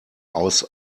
aus